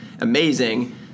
amazing